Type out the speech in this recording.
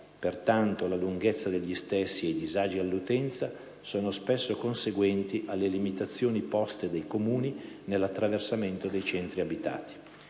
pertanto la lunghezza degli stessi e i disagi all'utenza sono spesso conseguenti alle limitazioni imposte dai Comuni nell'attraversamento dei centri abitati.